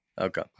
Okay